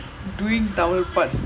I mean I can use my phone lah